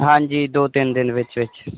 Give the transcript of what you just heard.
ਹਾਂਜੀ ਦੋ ਤਿੰਨ ਦਿਨ ਵਿੱਚ ਵਿੱਚ